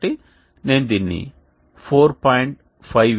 కాబట్టి నేను దీన్ని 4